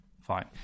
Fine